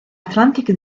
atlantic